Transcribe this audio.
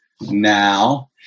now